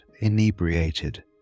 inebriated